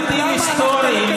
חבר הכנסת לפיד,